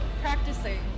practicing